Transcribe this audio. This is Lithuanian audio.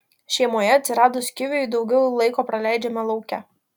šeimoje atsiradus kiviui daugiau laiko praleidžiame lauke